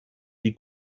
die